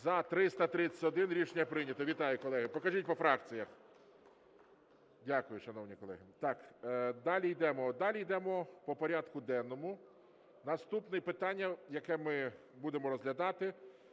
За-331 Рішення прийнято. Вітаю, колеги. Покажіть по фракціях. Дякую, шановні колеги. Так, далі ідемо, далі ідемо по порядку денному. Наступне питання, яке ми будемо розглядати,